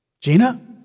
Gina